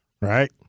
Right